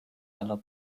aller